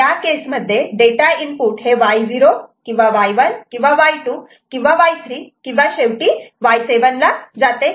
या केसमध्ये data input हे Y0 किंवा Y1 किंवा Y2 किंवा Y3 किंवा शेवटी Y7 जाते